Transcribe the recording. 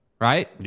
Right